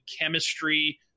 chemistry